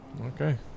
Okay